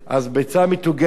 אז ביצה מטוגנת בבוקר,